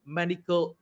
medical